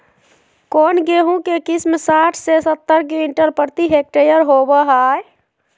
कौन गेंहू के किस्म साठ से सत्तर क्विंटल प्रति हेक्टेयर होबो हाय?